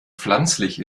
pflanzlich